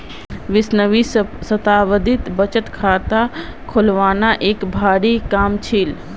बीसवीं शताब्दीत बचत खाता खोलना एक भारी काम छील